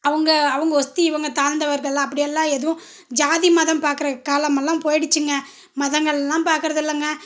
அவங்க அவங்க ஒஸ்தி இவங்க தாழ்ந்தவர்கள் அப்படியலாம் எதுவும் ஜாதி மதம் பார்க்கற காலமெலல்லாம் போயிடுச்சுங்க மதங்களெல்லாம் பார்க்கறதில்லங்க